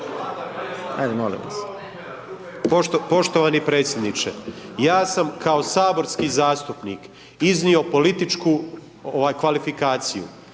Nikola (MOST)** Poštovani predsjedniče ja sam kao saborski zastupnik iznio političku ovaj kvalifikaciju